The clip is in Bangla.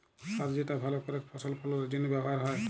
সার যেটা ভাল করেক ফসল ফললের জনহে ব্যবহার হ্যয়